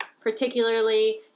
particularly